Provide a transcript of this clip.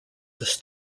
this